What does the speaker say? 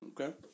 Okay